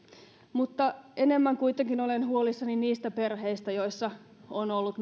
mutta enemmän kuitenkin olen huolissani niistä perheistä joissa on ollut